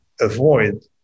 avoid